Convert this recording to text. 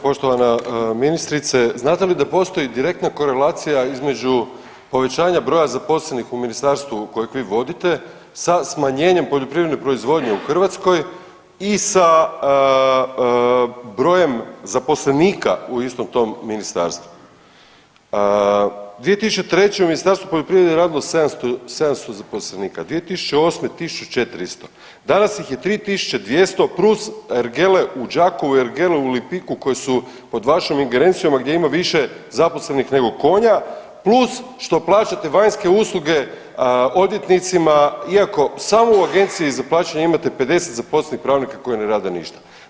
Poštovana ministrice, znate li da postoji direktna korelacija između povećanja broja zaposlenih u ministarstvu kojeg vi vodite sa smanjenjem poljoprivredne proizvodnje u Hrvatskoj i sa brojem zaposlenika u istom tom ministarstvu 2003. u Ministarstvu poljoprivrede je radilo 700, 700 zaposlenika, 2008. 1.400, danas ih je 3.200 plus ergele u Đakovu i ergele u Lipiku koje su pod vašom ingerencijom a gdje ima više zaposlenih nego konja plus što plaćate vanjske usluge odvjetnicima iako samo u Agencije za plaćanje imate 50 zaposlenih pravnika koji ne rade ništa.